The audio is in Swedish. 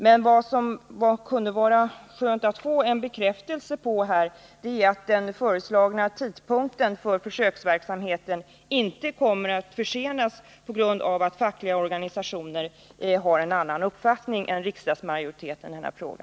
Men det kunde vara skönt att få en bekräftelse på att den föreslagna tidpunkten för försöksverksamheten inte kommer att försenas på grund av att fackliga organisationer har en annan uppfattning än riksdagsmajoriteten i denna fråga.